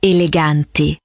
Eleganti